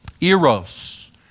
Eros